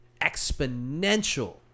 exponential